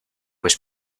was